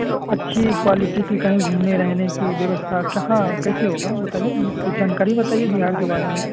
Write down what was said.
मतलब अच्छी क्वालिटी की कहीं घूमने रहने की व्यवस्था कहाँ कैसे होगइ बताइए हमको कुछ जानकारी बताइए बिहार के बारे में